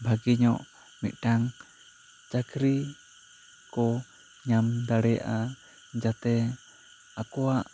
ᱵᱷᱟᱹᱜᱤᱧᱚᱜ ᱢᱤᱫᱴᱟᱝ ᱪᱟᱠᱨᱤ ᱠᱚ ᱧᱟᱢ ᱫᱟᱲᱮᱭᱟᱜᱼᱟ ᱡᱟᱛᱮ ᱟᱠᱚᱣᱟᱜ